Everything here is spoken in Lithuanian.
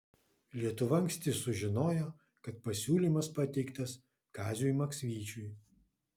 lietuva anksti sužinojo kad pasiūlymas pateiktas kaziui maksvyčiui